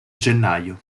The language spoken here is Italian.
gennaio